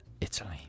Italy